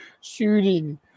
shooting